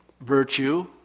virtue